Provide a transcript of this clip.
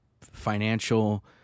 financial